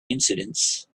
incidents